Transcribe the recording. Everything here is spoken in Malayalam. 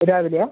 രാവിലെയാണോ